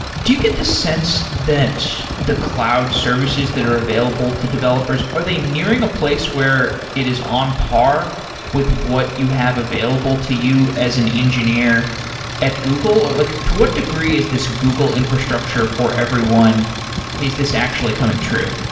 do you get the sense that the cloud services that are available to developers, are they nearing a place where it is on par with what you have available to you as an engineer at google? like to what degree is this google infrastructure infrastructure for everyone is this actually coming true?